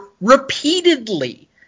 repeatedly